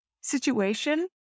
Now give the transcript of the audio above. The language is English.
situation